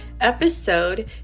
episode